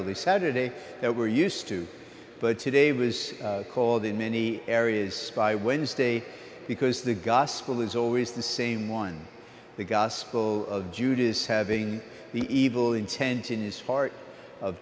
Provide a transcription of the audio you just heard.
holy saturday that we're used to but today was called in many areas by wednesday because the gospel is always the same one the gospel of judas having the evil intention is heart of